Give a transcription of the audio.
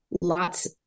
lots